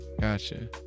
Gotcha